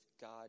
God